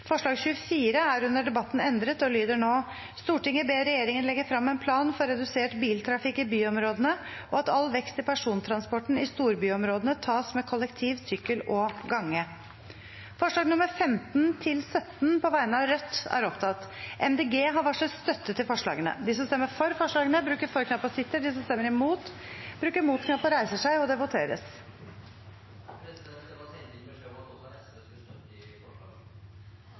Forslag nr. 24 er under debatten endret og lyder nå: «Stortinget ber regjeringen legge fram en plan for redusert biltrafikk i byområdene og at all vekst i persontransporten i storbyområdene skal tas med kollektiv, sykkel og gange.» Det voteres